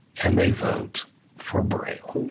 and they vote for braille.